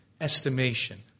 estimation